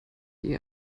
eher